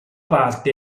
parte